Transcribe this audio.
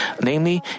namely